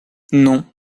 non